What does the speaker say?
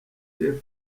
jeff